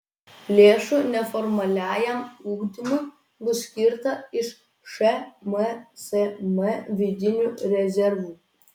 lėšų neformaliajam ugdymui bus skirta iš šmsm vidinių rezervų